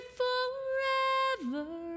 forever